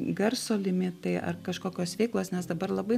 garso limitai ar kažkokios veiklos nes dabar labai